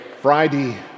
Friday